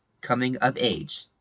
coming-of-age